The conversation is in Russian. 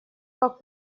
как